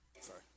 Sorry